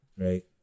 right